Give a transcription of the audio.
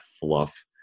fluff